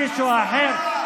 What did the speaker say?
מנסור עבאס,